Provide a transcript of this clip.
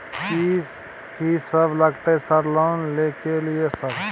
कि सब लगतै सर लोन ले के लिए सर?